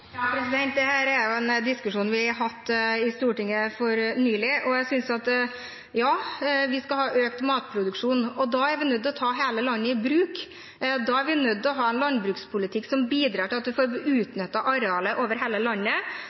ja, vi skal ha økt matproduksjon. Da er vi nødt til å ta hele landet i bruk, og da er vi nødt til å ha en landbrukspolitikk som bidrar til at vi får utnyttet arealet over hele landet